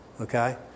okay